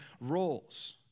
roles